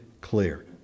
clear